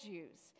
Jews